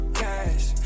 cash